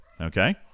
Okay